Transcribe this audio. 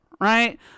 right